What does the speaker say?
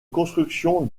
construction